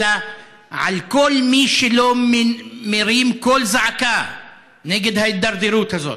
אלא על כל מי שלא מרים קול זעקה נגד ההידרדרות הזאת.